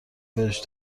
بهش